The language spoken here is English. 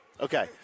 Okay